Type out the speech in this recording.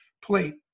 plate